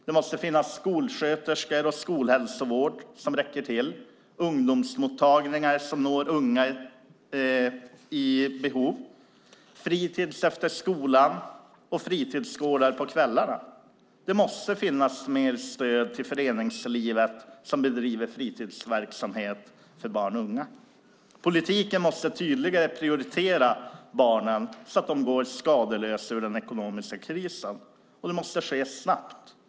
Det måste finnas skolsköterskor och skolhälsovård som räcker till, ungdomsmottagningar som når unga i behov av det och fritis efter skolan och fritidsgårdar på kvällarna. Det måste finnas mer stöd till föreningslivet, som bedriver fritidsverksamhet för barn och unga. Politiken måste tydligare prioritera barnen, så att de går skadeslösa ur den ekonomiska krisen. Det måste ske snabbt.